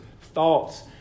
thoughts